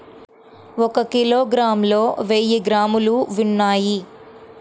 ఒక కిలోగ్రామ్ లో వెయ్యి గ్రాములు ఉన్నాయి